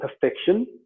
perfection